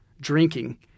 drinking